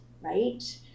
right